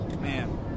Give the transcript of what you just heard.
man